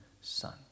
Son